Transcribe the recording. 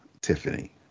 tiffany